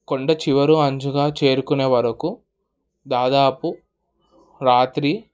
కొండ చివర అంచుగా చేరుకునే వరకు దాదాపు రాత్రి